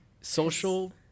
Social